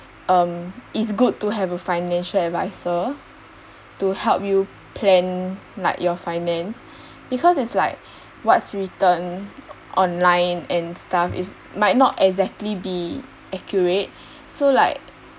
uh it's good to have a financial adviser to help you plan like your finance because it's like what's written online and stuff is might not exactly be accurate so like